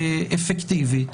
אפקטיבית,